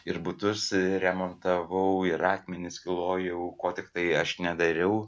ir butus remontavau ir akmenis kilojau ko tiktai aš nedariau